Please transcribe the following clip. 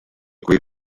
quei